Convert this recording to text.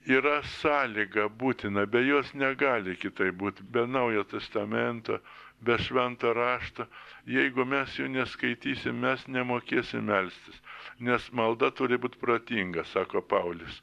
yra sąlyga būtina be jos negali kitaip būt be naujo testamento be švento rašto jeigu mes jų neskaitysim mes nemokėsim melstis nes malda turi būti protinga sako paulius